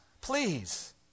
please